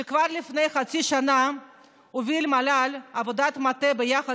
שכבר לפני חצי שנה הוביל המל"ל עבודת מטה ביחד